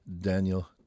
Daniel